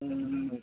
उँ